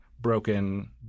broken